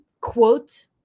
Quote